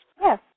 Yes